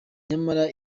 nyamara